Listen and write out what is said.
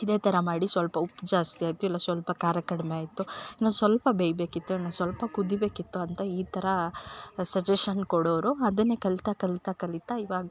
ಇದೆ ಥರ ಮಾಡಿ ಸ್ವಲ್ಪ ಉಪ್ಪು ಜಾಸ್ತಿ ಆಯಿತು ಇಲ್ಲ ಸ್ವಲ್ಪ ಖಾರ ಕಡಿಮೆ ಆಯಿತು ಇನ್ನು ಸ್ವಲ್ಪ ಬೇಯ್ಬೇಕಿತ್ತು ಇನ್ನು ಸ್ವಲ್ಪ ಕುದಿಬೇಕಿತ್ತು ಅಂತ ಈ ಥರ ಸಜೇಶನ್ ಕೊಡೋರು ಅದನ್ನೇ ಕಲ್ತಾ ಕಲ್ತಾ ಕಲಿತ ಇವಾಗ